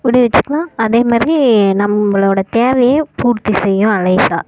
விடுவிச்சுக்கலாம் அதேமாதிரி நம்பளோடய தேவையை பூர்த்தி செய்யும் அலைஸா